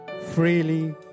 freely